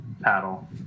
paddle